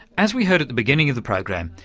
as we heard at the beginning of the program,